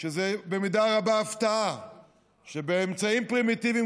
שזה במידה רבה הפתעה שבאמצעים פרימיטיביים